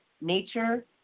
nature